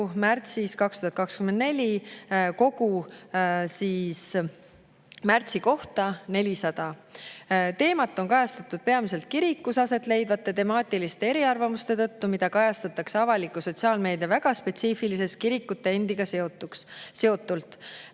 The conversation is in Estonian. märtsis 2024, kogu märtsi kohta 400. Teemat on kajastatud peamiselt kirikus [ettetulevate] temaatiliste eriarvamuste tõttu, mida kajastatakse avalikus sotsiaalmeedias väga spetsiifiliselt kirikute endiga seotult.